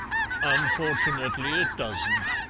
unfortunately it doesn't.